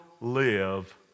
live